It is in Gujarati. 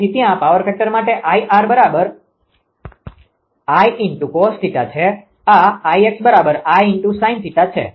તેથી ત્યાં પાવર ફેક્ટર માટે 𝐼𝑟 𝐼cos𝜃 છે આ 𝐼𝑥 𝐼sin𝜃 છે